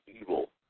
evil